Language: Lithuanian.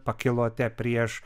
pakilote prieš